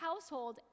household